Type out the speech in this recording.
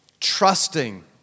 Trusting